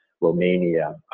Romania